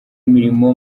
imirimo